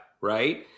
right